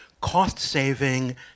cost-saving